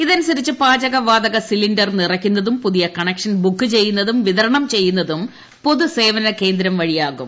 ഇതനുസരിച്ച് പാചക വാതക സിലിണ്ടർ നിറയ്ക്കുന്നതും പുതിയ കണക്ഷൻ ബുക്ക് ചെയ്യുന്നതും വിതരണം ചെയ്യുന്നതും പൊതു സേവനകേന്ദ്രം വഴിയാകും